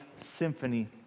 Symphony